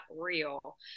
real